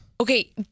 Okay